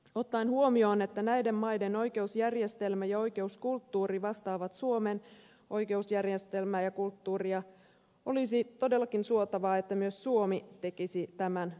ottaen huomioon että näiden maiden oikeusjärjestelmä ja oikeuskulttuuri vastaavat suomen oikeusjärjestelmää ja oikeuskulttuuria olisi todellakin suotavaa että myös suomi tekisi tämän muutoksen